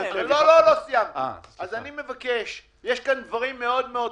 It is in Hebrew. יש כאן דברים מאוד דחופים.